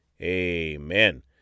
amen